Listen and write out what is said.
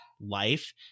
life